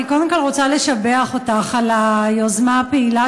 אני קודם כול רוצה לשבח אותך על היוזמה הפעילה